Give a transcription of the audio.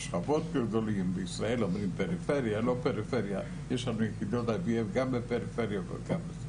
ובישראל אומרים פריפריה ולא פריפריה יש יחידות IVF גם בפריפריה.